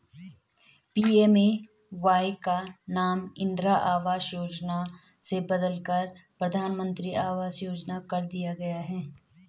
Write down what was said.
PMAY का नाम इंदिरा आवास योजना से बदलकर प्रधानमंत्री आवास योजना कर दिया गया